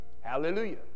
Hallelujah